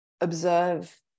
observe